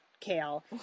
kale